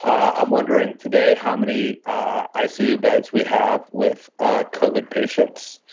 i'm wondering today, how many icu beds we have with covid patients.